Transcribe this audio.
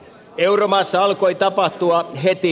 euromaissa alkoi tapahtua heti